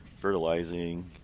fertilizing